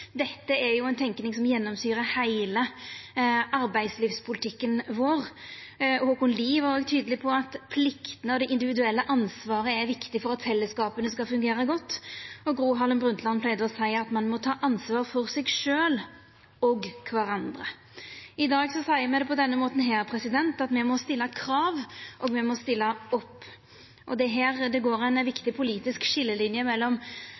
Dette er ei tenking som gjennomsyrer heile arbeidslivspolitikken vår. Haakon Lie var òg tydeleg på at pliktene og det individuelle ansvaret er viktig for at fellesskapa skal fungera godt, og Gro Harlem Brundtland pleidde seia at ein må ta ansvar for seg sjølv og kvarandre. I dag seier me det på denne måten: Me må stilla krav, og me må stilla opp. Og det er her det går ei viktig politisk skiljelinje mellom